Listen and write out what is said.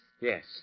Yes